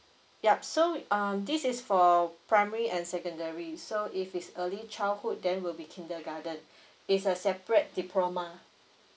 yup so um this is for primary and secondary so if it's early childhood then will be kindergarten it's a separate diploma